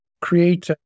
create